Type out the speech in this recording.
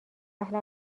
اهل